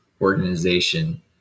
Organization